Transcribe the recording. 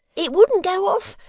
it wouldn't go off,